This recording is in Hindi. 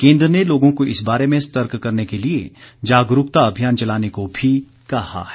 केन्द्र ने लोगों को इस बारे में सतर्क करने के लिए जागरूकता अभियान चलाने को भी कहा है